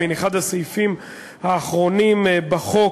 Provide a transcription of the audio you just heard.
מאחד הסעיפים האחרונים בחוק.